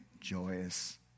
joyous